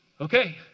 Okay